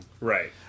Right